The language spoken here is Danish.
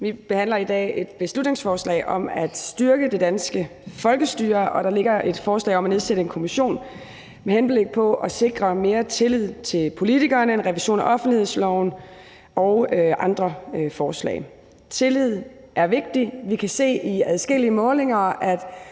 Vi behandler i dag et beslutningsforslag om at styrke det danske folkestyre, og der ligger et forslag om at nedsætte en kommission med henblik på at sikre mere tillid til politikerne, en revision af offentlighedsloven og andre forslag. Tillid er vigtigt. Vi kan i adskillige målinger se, at